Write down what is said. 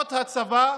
כוחות הצבא,